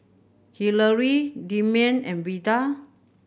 Hillary Demian and Veda